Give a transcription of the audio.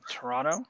Toronto